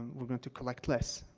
we're going to collect less.